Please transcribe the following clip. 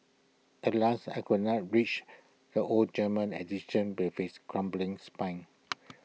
Alas I could not reach the old German edition with its crumbling spine